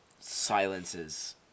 silences